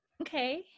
Okay